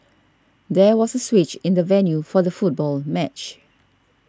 there was a switch in the venue for the football match